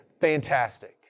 fantastic